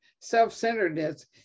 self-centeredness